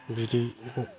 बिदैखौ